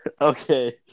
okay